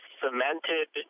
cemented